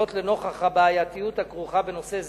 לנוכח הבעייתיות הכרוכה בנושא זה.